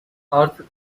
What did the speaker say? artık